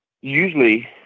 usually